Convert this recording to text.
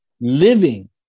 living